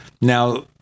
Now